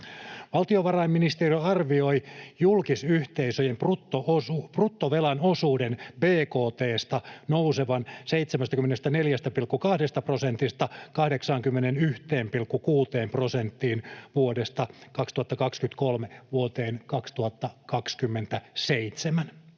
Valtiovarainministeriö arvioi julkisyhteisöjen bruttovelan osuuden bkt:stä nousevan 74,2 prosentista 81,6 prosenttiin vuodesta 2023 vuoteen 2027.